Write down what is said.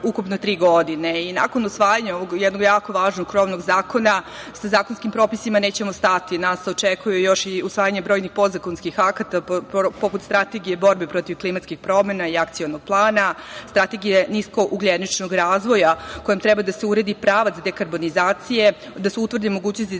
ukupno tri godine i nakon usvajanja ovog jednog jako važnog krovnog zakona sa zakonskim propisima nećemo stati. Nas očekuje još i usvajanje brojnih podzakonskih akata poput strategije borbe protiv klimatskih promena i akcionog plana, strategije nisko ugljeničnog razvoja kojim treba da se uredi pravac dekarbonizacije, da se utvrde mogućnosti